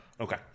Okay